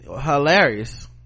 hilarious